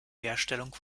herstellung